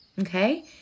Okay